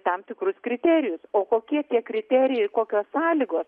tam tikrus kriterijus o kokie tie kriterijai kokios sąlygos